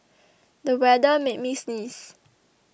the weather made me sneeze